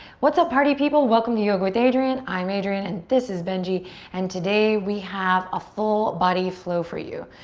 what's up, party people? welcome to yoga with ah adriene. i'm adriene and this is benji and today we have a full body flow for you.